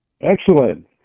Excellent